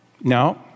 No